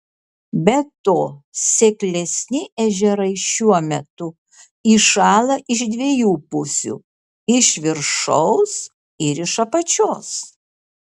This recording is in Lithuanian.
be to seklesni ežerai šiuo metu įšąla iš dviejų pusių iš viršaus ir iš apačios